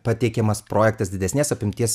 pateikiamas projektas didesnės apimties